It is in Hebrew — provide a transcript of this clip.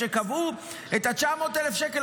כשקבעו את 900,000 השקלים,